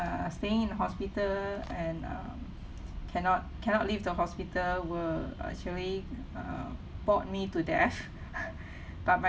staying in the hospital and um cannot cannot leave the hospital were actually uh bored me to death but my